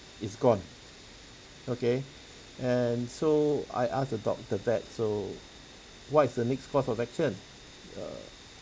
is gone okay and so I asked the doc~ the vet so what is the next course of action err